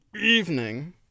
evening